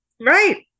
right